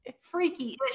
freaky